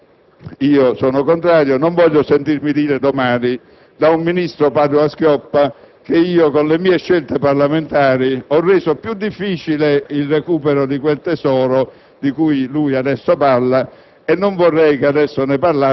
Ecco perché sono contrario. Non voglio sentirmi dire domani dal ministro Padoa-Schioppa che io, con le mie scelte parlamentari, ho reso più difficile il recupero di quel "tesoro" di cui adesso parla.